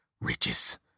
riches